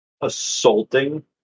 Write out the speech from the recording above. Assaulting